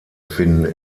finden